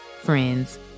friends